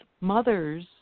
mothers